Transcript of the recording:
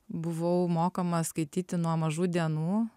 buvau mokoma skaityti nuo mažų dienų